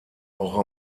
auch